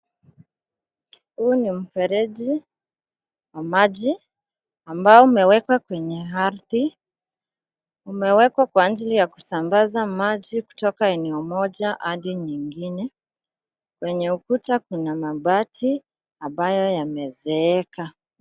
Huu ni mfereji, wa maji, ambao umewekwa kwenye ardhi. Umewekwa kwa ajili ya kusambaza maji kutoka eneo moja hadi nyingine. Kwenye kuta kuna mabati ambayo yamezeeka.